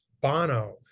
Bono